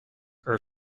are